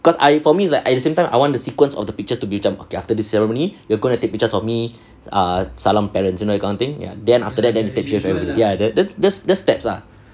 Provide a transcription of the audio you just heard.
cause I for me is like at the same I want the sequence of the pictures to be macam okay after the ceremony you're gonna take pictures for me err salam parents you know that kind of thing ya then after that then we take picture ya that that's the the steps lah